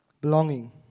belonging